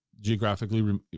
geographically